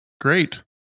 Great